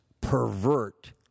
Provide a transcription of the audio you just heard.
pervert